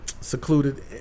secluded